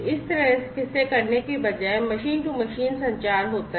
इस तरह से करने के बजाय मशीन टू मशीन संचार होता है